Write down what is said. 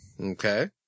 Okay